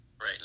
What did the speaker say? right